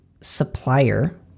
supplier